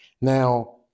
Now